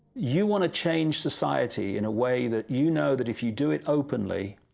you want to change society in a way that, you know, that if you do it openly,